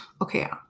Okay